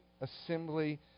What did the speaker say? assembly